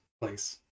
place